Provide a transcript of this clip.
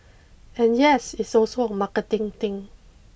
and yes it's also a marketing thing